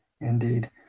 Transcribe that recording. Indeed